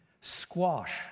squash